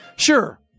Sure